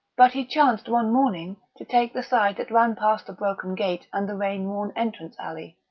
but he chanced one morning to take the side that ran past the broken gate and the rain-worn entrance alley,